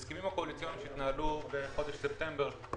ההסכמים הקואליציוניים התנהלו בחודש ספטמבר,